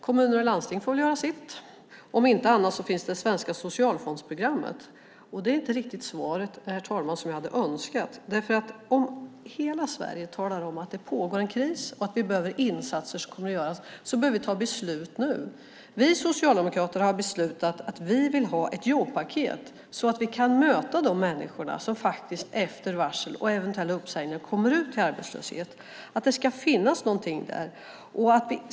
Kommuner och landsting får väl göra sitt. Om inte annat så finns det svenska socialfondsprogrammet. Det är inte riktigt det svar jag hade önskat, herr talman. Om hela Sverige talar om att det pågår en kris och att vi behöver insatser behöver vi fatta beslut nu. Vi socialdemokrater har beslutat att vi vill ha ett jobbpaket, så att vi kan möta de människor som efter varsel och eventuella uppsägningar kommer ut i arbetslöshet. Det ska finnas någonting där.